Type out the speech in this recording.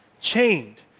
chained